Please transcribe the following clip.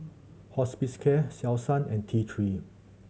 Hospicare Selsun and T Three